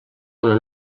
una